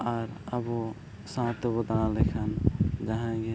ᱟᱨ ᱟᱵᱚ ᱥᱟᱶ ᱛᱮᱵᱚᱱ ᱫᱟᱬᱟ ᱞᱮᱠᱷᱟᱱ ᱡᱟᱦᱟᱸᱭᱜᱮ